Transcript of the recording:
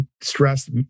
stress